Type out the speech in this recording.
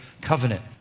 covenant